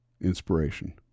inspiration